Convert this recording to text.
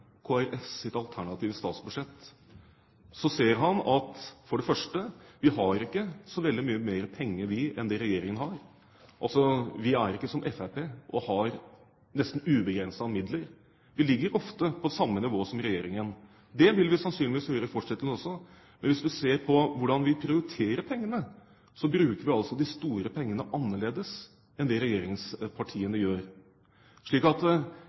alternative statsbudsjett, vil han for det første se at vi har ikke så veldig mye mer penger enn det regjeringen har. Vi har ikke – som Fremskrittspartiet – nesten ubegrenset med midler. Vi ligger ofte på samme nivå som regjeringen. Det vil vi sannsynligvis gjøre i fortsettelsen også. Men hvis man ser på hvordan vi prioriterer pengene, så bruker vi altså de store pengene annerledes enn det